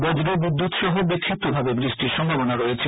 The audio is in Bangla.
বজ্র বিদ্যুৎসহ বিষ্কিপ্তভাবে বৃষ্টির সম্ভাবনা রয়েছে